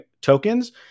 tokens